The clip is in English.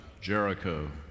Jericho